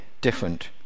different